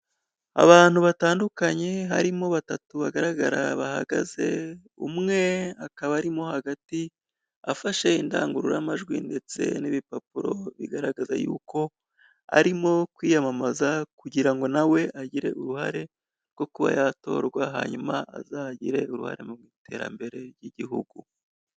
Abantu batandukanye harimo batatu bagaragara bahagaze umwe akaba arimo hagati afashe indangururamajwi ndetse n'ibipapuro bigaragaza yuko arimo kwiyamamaza, kugirango nawe agire uruhare rwo kuba yatorwa hanyuma azagire uruhare mu iterambere ry'igihugu.